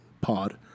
pod